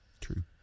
True